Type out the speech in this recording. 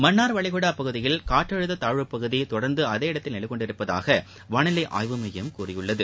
மன்னார் வளைகுடா பகுதியில் காற்றழுத்த தாழ்வுப் பகுதி தொடர்ந்து அதே இடத்தில் நிலை கொண்டுள்ளதாக வானிலை ஆய்வு மையம் கூறியுள்ளது